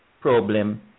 problem